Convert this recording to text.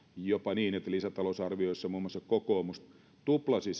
jopa niin että lisätalousarviossa muun muassa kokoomus tuplasi